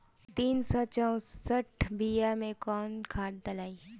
तीन सउ चउसठ बिया मे कौन खाद दलाई?